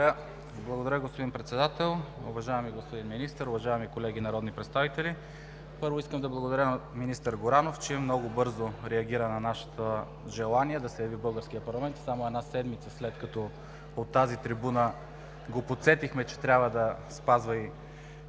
Благодаря, господин Председател! Уважаеми господин Министър, уважаеми колеги народни представители, първо, искам да благодаря на министър Горанов, че много бързо реагира на нашето желание да се яви в българския парламент – само една седмица след като от тази трибуна го подсетихме, че трябва да спазва и